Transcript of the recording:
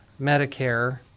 Medicare